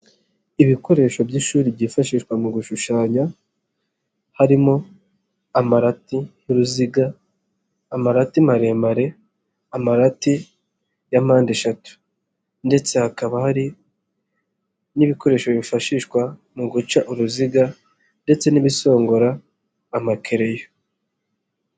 Ibikoresho by'ishuri byifashishwa mu gushushanya, harimo amarati y'uruziga, amarati maremare, amarati ya mpandeshatu ndetse hakaba hari n'ibikoresho bifashishwa mu guca uruziga ndetse n'ibisongora amakereyo.